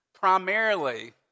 primarily